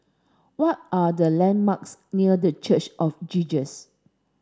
what are the landmarks near The Church of Jesus